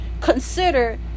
consider